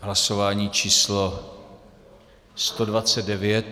Hlasování číslo 129.